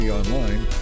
online